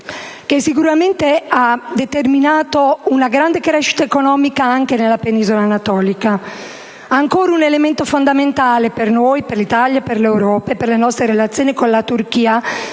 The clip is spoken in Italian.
che sicuramente ha determinato una grande crescita economica anche nella penisola anatolica. Un elemento fondamentale per noi - per l'Italia, per l'Europa e per le nostre relazioni con la Turchia